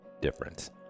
difference